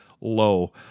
low